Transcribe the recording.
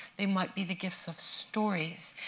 they might be the gifts of stories.